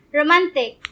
romantic